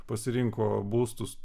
pasirinko būstus